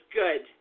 good